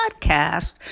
podcast